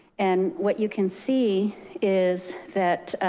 and what you can see is that